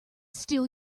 steal